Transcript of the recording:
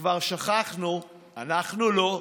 וכבר שכחנו, אנחנו לא,